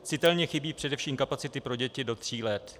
Citelně chybí především kapacity pro děti do tří let.